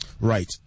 Right